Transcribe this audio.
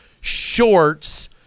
shorts